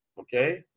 okay